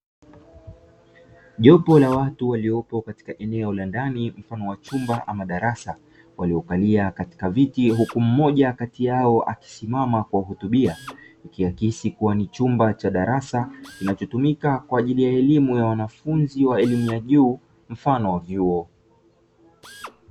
Jopo la watu waliopo katika eneo la ndani mfano wa chumba ama darasa waliokalia katika viti huku mmoja kati yao akisimama kuwahutubia, ikiakisi kuwa ni chumba cha darasa kinachotumika kwaajili ya elimu ya wanafunzi wa elimu ya juu mfano wa vyuo.